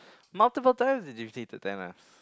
multiple times did you said to tell us